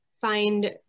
find